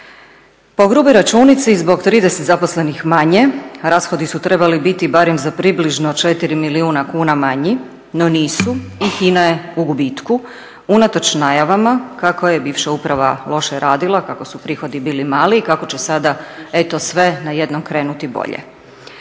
Po gruboj računici zbog 30 zaposlenih manje rashodi su trebali biti barem za približno 4 milijuna kuna manji no nisu i HINA je u gubitku, unatoč najavama kako je bivša uprava loše radila, kako su prihodi bili mali i kako će sada eto sve najednom krenuti bolje.